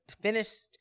finished